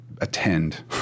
attend